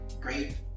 great